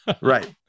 Right